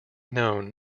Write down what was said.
known